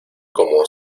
como